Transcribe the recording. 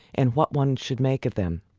and what one should make of them